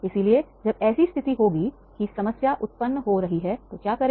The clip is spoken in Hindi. इसलिए जब ऐसी स्थिति होगी कि समस्या उत्पन्न हो रही है तो क्या करें